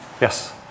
Yes